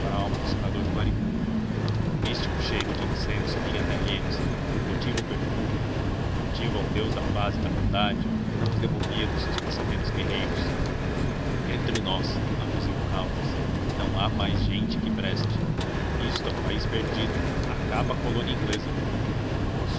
alma do senador clarimundo o místico cheiro de incenso vinha até eles e o votivo perfume votivo ao deus da paz e da bondade não os demovia dos seus pensamentos guerreiros entre nós aduziu caldas não há mais gente que preste isto é um país perdido acaba colônia inglesa